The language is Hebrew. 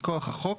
מכוח החוק,